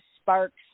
sparks